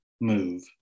move